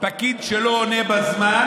פקיד שלא עונה בזמן,